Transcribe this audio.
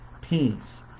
peace